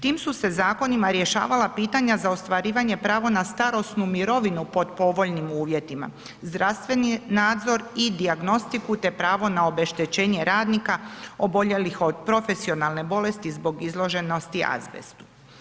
Tim su se zakonima rješavala pitanja za ostvarivanja prava na starosnu mirovinu pod povoljnim uvjetima, zdravstveni nadzor i dijagnostiku te pravo na obeštećenje radnika oboljelih od profesionalne bolesti zbog izloženosti azbestu.